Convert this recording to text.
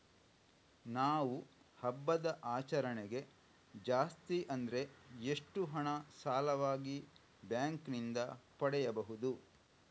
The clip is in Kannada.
ನಾವು ಹಬ್ಬದ ಆಚರಣೆಗೆ ಜಾಸ್ತಿ ಅಂದ್ರೆ ಎಷ್ಟು ಹಣ ಸಾಲವಾಗಿ ಬ್ಯಾಂಕ್ ನಿಂದ ಪಡೆಯಬಹುದು?